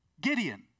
Gideon